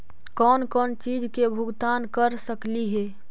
कौन कौन चिज के भुगतान कर सकली हे?